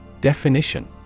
Definition